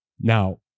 Now